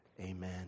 amen